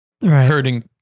hurting